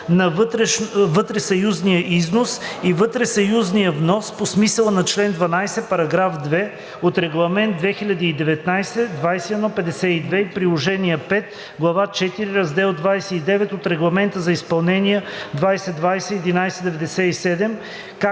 „на вътресъюзния износ и вътресъюзния внос по смисъла на чл. 12, параграф 2 от Регламент 2019/2152 и Приложение V, Глава IV, Раздел 29 от Регламент за изпълнение 2020/1197,